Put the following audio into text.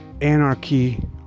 anarchy